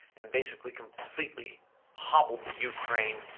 and basically completely hobbled the ukraine,